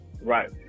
Right